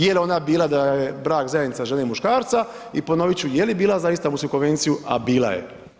Je li ona bila da je brak zajednica žene i muškarca i ponovit ću je li bila za Istambulsku konvenciju, a bila je.